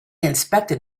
inspected